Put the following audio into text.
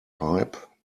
pipe